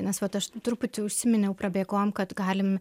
nes vat aš truputį užsiminiau prabėgom kad galim